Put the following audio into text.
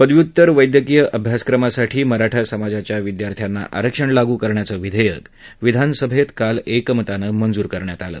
पदव्युत्तर वैद्यकीय अभ्यासक्रमासाठी मराठा समाजाच्या विद्यार्थ्यांना आरक्षण लागू करण्याचं विधेयक विधान सभेत काल एकमतानं मंजूर करण्यात आलं